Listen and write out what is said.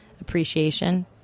Appreciation